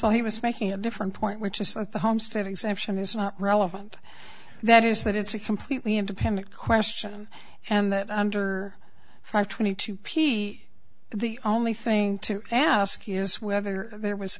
also he was making a different point which is that the homestead exemption is not relevant that is that it's a completely independent question and that under five twenty two p the only thing to ask is whether there was